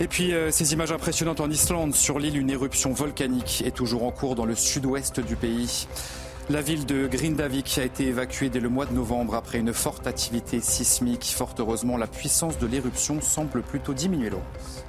Et puis, euh, ces images impressionnantes en Islande. Sur l'île, une éruption volcanique est toujours en cours dans le sud-ouest du pays. La ville de Grindavik a été évacuée dès le mois de novembre après une forte activité sismique. Fort heureusement, la puissance de l'éruption semble plutôt diminuer, Laurence.